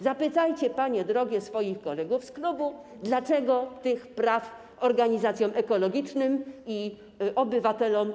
Zapytajcie panie drogie swoich kolegów z klubu, dlaczego nie dali praw do sądu organizacjom ekologicznym i obywatelom.